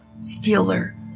stealer